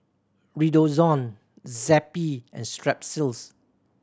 Redoxon Zappy and Strepsils